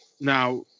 Now